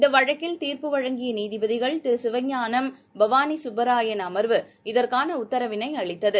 இந்தவழக்கில் தீர்ப்பு வழங்கியநீதிபதிகள் திருசிவஞானம் பவானிசுப்பராயன் அம்வு இதற்கானஉத்தரவினைஅளித்தது